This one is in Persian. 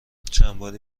چندباری